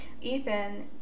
Ethan